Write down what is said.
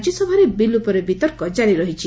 ରାଜ୍ୟସଭାରେ ବିଲ୍ ଉପରେ ବିତର୍କ ଜାରି ରହିଛି